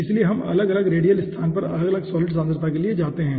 इसलिए हम अलग अलग रेडियल स्थान पर अलग अलग सॉलिड सांद्रता के लिए जाते हैं